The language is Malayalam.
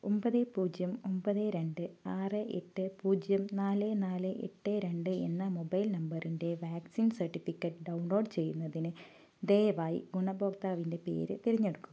ഒമ്പത് പൂജ്യം ഒമ്പത് രണ്ട് ആറ് എട്ട് പൂജ്യം നാല് നാല് എട്ട് രണ്ട് എന്ന മൊബൈൽ നമ്പറിൻ്റെ വാക്സിൻ സർട്ടിഫിക്കറ്റ് ഡൗൺലോഡ് ചെയ്യുന്നതിന് ദയവായി ഗുണഭോക്താവിൻ്റെ പേര് തിരഞ്ഞെടുക്കുക